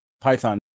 python